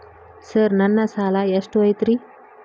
Sir ನನ್ನ ಸಾಲಾ ಎಷ್ಟು ಐತ್ರಿ?